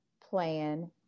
plan